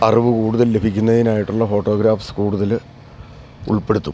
അറിവ് കൂട്തൽ ലഭിക്കുന്നതിനായിട്ടുള്ള ഫോട്ടോഗ്രാഫ്സ് കൂട്തല് ഉൾപ്പെടുത്തും